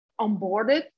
onboarded